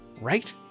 right